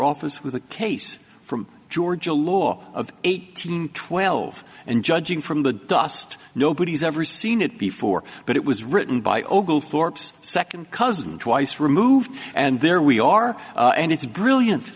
office with a case from georgia law of eighteen twelve and judging from the dust nobody's ever seen it before but it was written by oglethorpe's second cousin twice removed and there we are and it's brilliant